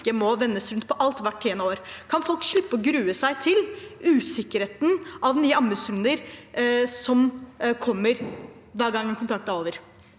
ikke må vendes rundt på alt hvert tiende år. Kan folk slippe å grue seg til usikkerheten med nye anbudsrunder som kommer hver gang en kontrakt er over?